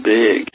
big